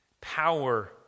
power